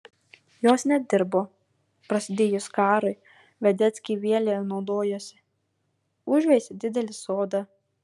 jos nedirbo prasidėjus karui vedeckiai vėl ja naudojosi užveisė didelį sodą